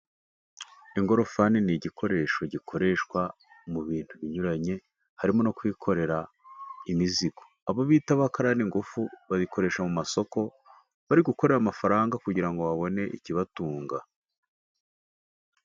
Ingorofani ni igikoresho gikoreshwa mu bintu binyuranye harimo no kwikorera imizigo. Abo bita bakaraningufu, babikoresha mu masoko bari gukorera amafaranga, kugira ngo babone ikibatunga.